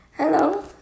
Hello